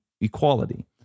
equality